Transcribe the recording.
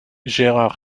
gérard